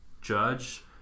judge